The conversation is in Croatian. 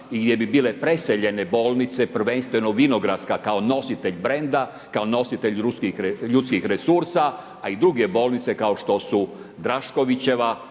i gdje bi bile preseljene bolnice, prvenstveno Vinogradska kao nositelj ljudskih resursa, a i druge bolnice kao što su Draškovićeva,